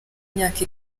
imyaka